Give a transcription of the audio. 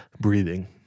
breathing